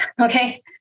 okay